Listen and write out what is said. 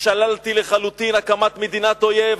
אני שללתי לחלוטין הקמת מדינת אויב,